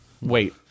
wait